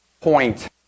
point